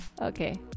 Okay